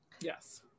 Yes